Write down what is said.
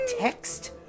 text